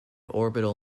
orbital